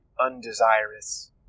undesirous